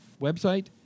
website